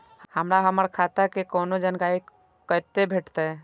हमरा हमर खाता के कोनो जानकारी कते भेटतै